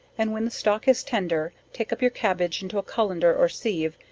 and when the stalk is tender, take up your cabbage into a cullender, or sieve,